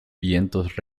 vientos